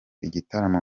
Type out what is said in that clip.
igitaramo